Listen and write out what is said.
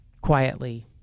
quietly